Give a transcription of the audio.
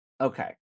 okay